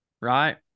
right